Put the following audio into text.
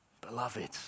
Beloved